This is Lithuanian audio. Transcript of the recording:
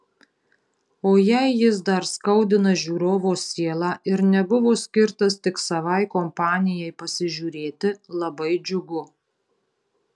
o jei jis dar skaudina žiūrovo sielą ir nebuvo skirtas tik savai kompanijai pasižiūrėti labai džiugu